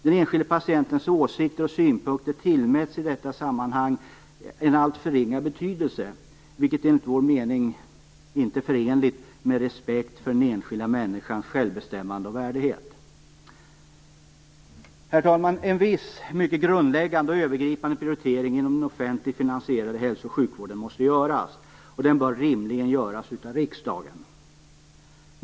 Den enskilde patientens åsikter och synpunkter tillmäts i detta sammanhang en alltför ringa betydelse, vilket enligt vår mening inte är förenligt med respekten för den enskilda människans självbestämmande och värdighet. Herr talman! En viss i hög grad grundläggande och övergripande prioritering inom den offentligt finansierade hälso och sjukvården måste göras, och den bör rimligen göras av riksdagen.